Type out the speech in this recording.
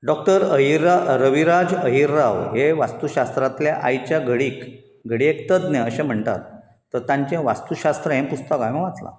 doctor Ahir Raviraj Ahirrao हे वास्तुशास्त्रांतले आयच्या घडीक घडयेक तज्ञ अशें म्हणटात तर तांचें वास्तूशास्त्र हें पुस्तक हांवें वाचलां